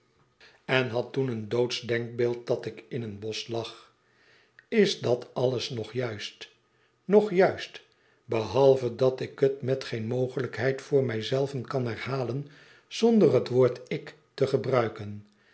en had toen een doodsch denkbeeld dat ik in een bosch lag is dat alles nog juiste nog juist behalve dat ik het met geen mogelijkheid voor mij zelven kan herhalen zonder het woord ik te gebruiken